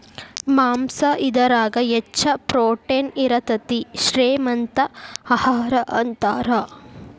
ಮಾಂಸಾ ಇದರಾಗ ಹೆಚ್ಚ ಪ್ರೋಟೇನ್ ಇರತತಿ, ಶ್ರೇ ಮಂತ ಆಹಾರಾ ಅಂತಾರ